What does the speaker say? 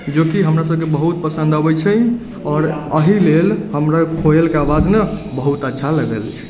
जोकि हमरा सबके बहुत ही पसन्द अबै छै आओर अहि लेल हमरा कोयलके आवाज ने बहुत अच्छा लागल